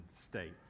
state